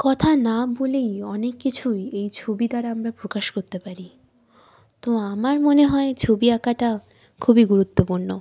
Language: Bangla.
কথা না বলেই অনেক কিছুই এই ছবি দ্বারা আমরা প্রকাশ করতে পারি তো আমার মনে হয় ছবি আঁকাটা খুবই গুরুত্বপূর্ণ